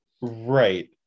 Right